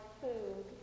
food